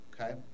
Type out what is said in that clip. okay